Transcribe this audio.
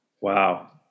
Wow